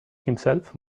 himself